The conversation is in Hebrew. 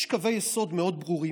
יש קווי יסוד מאוד ברורים.